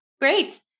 Great